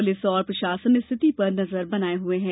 police और प्रशासन स्थिति पर नजर बनाए हऐ है